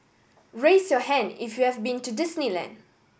raise your hand if you have been to Disneyland